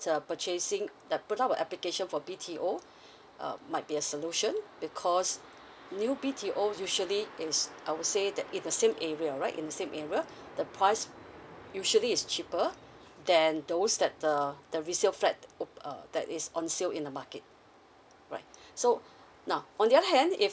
uh purchasing the put up a application for B_T_O might be a solution because new B_T_O usually is I would say that in the same area right in same area the price usually is cheaper than those that uh the resale flat uh that is on sale in the market right so now on the other hand if